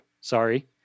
sorry